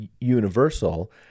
universal